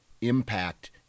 impact